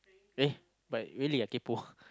eh but really ah kaypo